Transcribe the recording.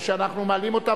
ואנחנו מעלים אותם,